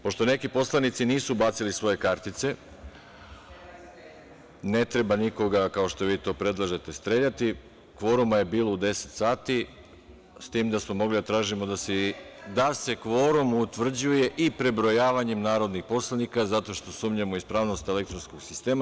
Pošto neki poslanici nisu ubacili svoje kartice… (Vjerica Radeta: Treba ih streljati.) Ne treba nikoga, kao što vi to predlažete streljati, kvoruma je bilo u 10 sati, s tim da smo mogli da tražimo da se kvorum utvrđuje i prebrojavanjem narodnih poslanika zato što sumnjamo u ispravnost elektronskog sistema.